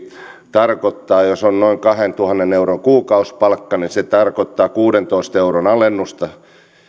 tarkoittaa jos on noin kahdentuhannen euron kuukausipalkka kuudentoista euron alennusta